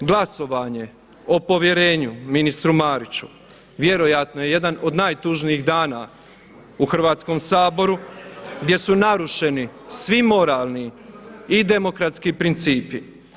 Glasovanje o povjerenju ministru Mariću vjerojatno je jedan od najtužnijih dana u Hrvatskom saboru gdje su narušeni svi moralni i demokratski principi.